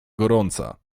gorąca